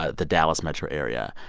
ah the dallas metro area.